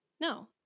No